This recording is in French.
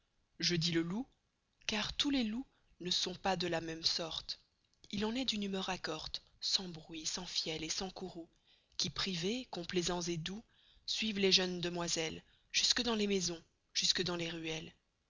je dis le loup car tous les loups ne sont pas de la mesme sorte il en est d'une humeur accorte sans bruit sans fiel et sans couroux qui privez complaisans et doux suivent les jeunes demoiselles jusque dans les maisons jusque dans les ruelles